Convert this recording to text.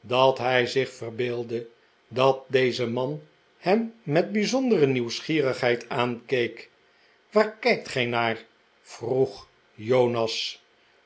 dat hij zich verbeeldde dat deze man hem met bijzondere nieuwsgierigheid aankeek waar kijkt gij naar vroeg jonas